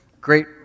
great